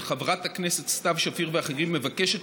של חברת הכנסת סתיו שפיר ואחרים מבקשת